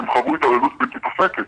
הם חוו התעללות בלתי פוסקת.